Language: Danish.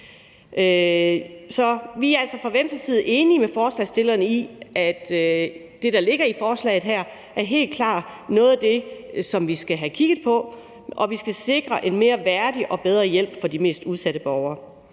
side enige med forslagsstillerne i, at det, der ligger i forslaget her, helt klart er noget af det, som vi skal have kigget på, og vi skal sikre en mere værdig og bedre hjælp til de mest udsatte borgere.